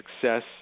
success